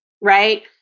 right